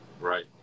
Right